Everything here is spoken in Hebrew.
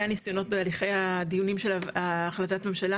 היה ניסיונות בהליכי הדיונים של החלטת ממשלה